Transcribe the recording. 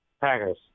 Packers